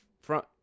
front